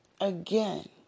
again